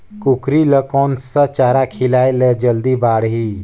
कूकरी ल कोन सा चारा खिलाय ल जल्दी बाड़ही?